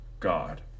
God